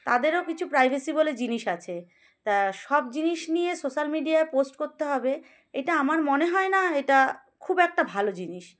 তাদেরও কিছু প্রাইভেসি বলে জিনিস আছে তা সব জিনিস নিয়ে সোশ্যাল মিডিয়ায় পোস্ট করতে হবে এটা আমার মনে হয় না এটা খুব একটা ভালো জিনিস